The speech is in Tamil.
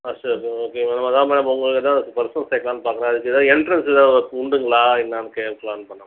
அஷோக்கு ஓகே மேம் அதான் மேம் உங்கக்கிட்டே தான் ப்ளஸ் ஒன் சேர்க்கலாம்ன்னு பார்க்குறேன் அதுக்கு ஏதாவது எண்ட்ரன்ஸ் ஏதாவது உண்டுங்களா என்னென்னு கேட்கலாம்ன்னு பண்ணேன் மேம்